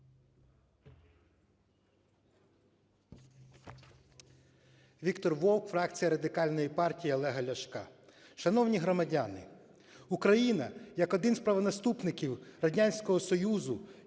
Віктор Вовк, фракція Радикальної партії Олега Ляшка. Шановні громадяни, Україна як один з правонаступників Радянського Союзу